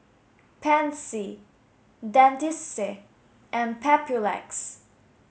Pansy Dentiste and Papulex